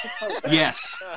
Yes